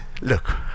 look